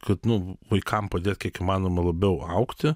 kad nu vaikam padėt kiek įmanoma labiau augti